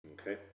okay